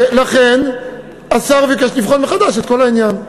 ולכן השר ביקש לבחון מחדש את כל העניין.